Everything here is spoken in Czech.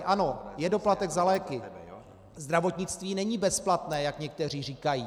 Ano, je doplatek za léky, zdravotnictví není bezplatné, jak někteří říkají.